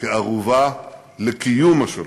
כערובה לקיום השלום.